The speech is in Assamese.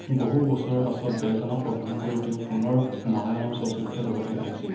বহু বছৰৰ পাছত বেলটানত অভিনয় কৰি তেওঁ পুনৰ মালয়ালম চলচ্চিত্ৰ জগতলৈ আহিছিল